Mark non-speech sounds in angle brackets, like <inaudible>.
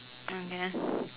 okay <breath>